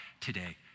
today